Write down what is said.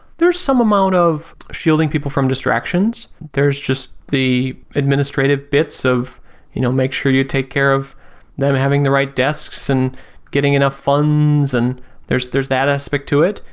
there is some amount of shielding people from distractions. there is just the administrative bits of you know make sure you take care of them having the right desks and getting enough funds and there's there's that aspect to it.